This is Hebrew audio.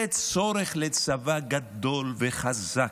זה צורך בצבא גדול וחזק.